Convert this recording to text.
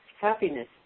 happiness